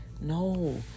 No